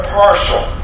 partial